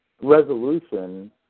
resolution